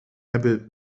hebben